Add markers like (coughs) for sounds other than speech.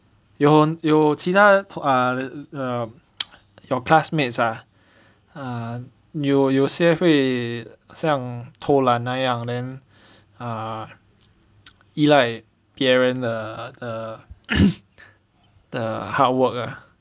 有有其他 um (noise) your classmates ah 有有些会像偷懒那样 then ah 依赖别人的的 (coughs) the hard work ah